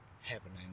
happening